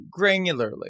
granularly